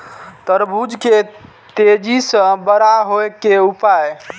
तरबूज के तेजी से बड़ा होय के उपाय?